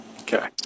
Okay